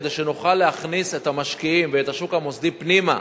כדי שנוכל להכניס את המשקיעים ואת השוק המוסדי פנימה.